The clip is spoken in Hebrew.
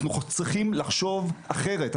אנחנו צריכים לחשוב אחרת.